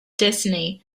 destiny